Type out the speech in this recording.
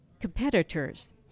competitors